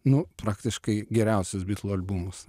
nu praktiškai geriausias bitlų albumas